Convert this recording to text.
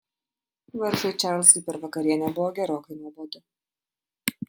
vargšui čarlzui per vakarienę buvo gerokai nuobodu